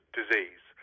disease